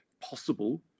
possible